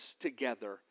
together